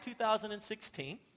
2016